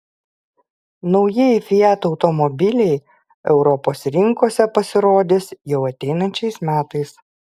naujieji fiat automobiliai europos rinkose pasirodys jau ateinančiais metais